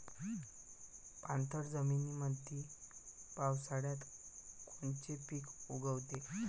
पाणथळ जमीनीमंदी पावसाळ्यात कोनचे पिक उगवते?